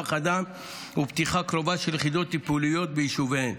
אדם ופתיחה קרובה של יחידות טיפוליות ביישוביהן.